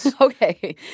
Okay